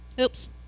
Oops